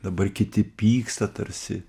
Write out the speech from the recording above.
dabar kiti pyksta tarsi